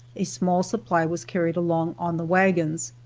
a small supply was carried along on the wagons.